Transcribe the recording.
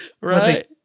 Right